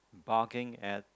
barking at